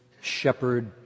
shepherd